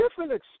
different